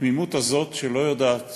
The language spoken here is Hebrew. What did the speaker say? התמימות הזאת, שלא יודעת